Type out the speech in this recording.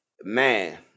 man